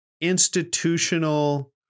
institutional